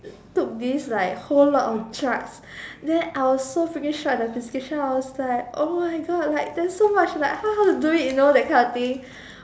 took this like whole lot of drugs then I was so freaking shocked at the prescription I was like oh my god like there's so much like hpw how to do it you know that kind of thing